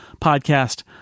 podcast